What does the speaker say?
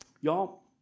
Y'all